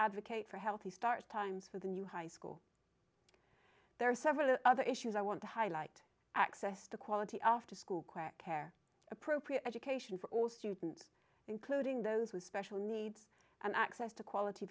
advocate for healthy start times for the new high school there are several other issues i want to highlight access to quality after school care appropriate education for all students including those with special needs and access to quality